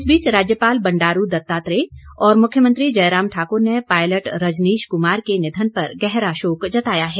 इस बीच राज्यपाल बंडारू दत्तात्रेय और मुख्यमंत्री जयराम ठाकुर ने पायलट रजनीश कुमार के निधन पर गहरा शोक जताया है